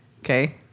Okay